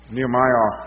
Nehemiah